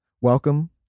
welcome